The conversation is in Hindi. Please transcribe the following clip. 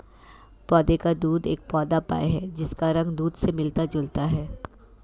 पौधे का दूध एक पौधा पेय है जिसका रंग दूध से मिलता जुलता है